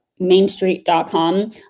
mainstreet.com